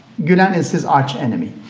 gulen is his archenemy.